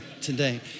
today